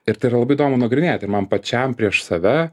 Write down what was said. ir tai yra labai įdomu nagrinėti ir man pačiam prieš save